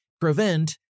prevent